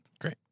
Great